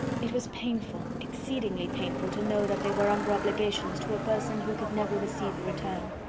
it was painful, exceedingly painful, to know that they were under obligations to a person who could never receive a return.